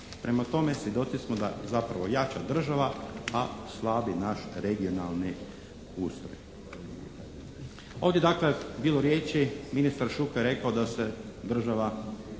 Prema tome, svjedoci smo da zapravo jača država, a slabi naš regionalni ustroj. Ovdje je dakle bilo riječi, ministar Šuker je rekao da se država